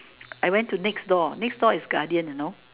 I went to next door next door is Guardian you know